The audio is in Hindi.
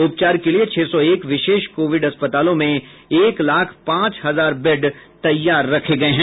उपचार के लिए छह सौ एक विशेष कोविड अस्पतालों में एक लाख पांच हजार बेड तैयार रखे गए हैं